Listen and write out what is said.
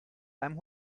einem